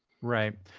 right,